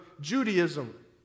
Judaism